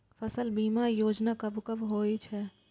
फसल बीमा योजना कब कब होय छै?